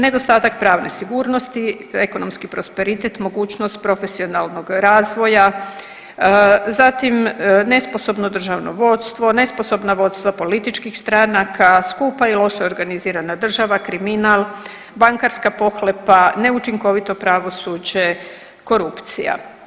Nedostatak pravne sigurnosti, ekonomski prosperitet, mogućnost profesionalnog razvoja, zatim nesposobno državno vodstvo, nesposobna vodstva političkih stranaka, skupa i loša organizirana država, kriminal, bankarska pohlepa, neučinkovito pravosuđe, korupcija.